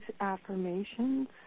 affirmations